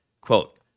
quote